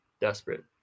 desperate